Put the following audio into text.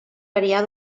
variar